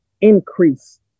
increase